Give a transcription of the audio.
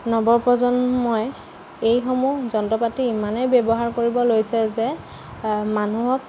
নৱপ্ৰজন্মই এইসমূহ যন্ত্ৰ পাতি ইমানেই ব্যৱহাৰ কৰিব লৈছে যে মানুহক